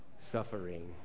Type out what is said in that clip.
suffering